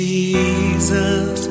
Jesus